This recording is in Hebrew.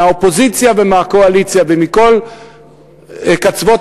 מהאופוזיציה ומהקואליציה ומכל קצוות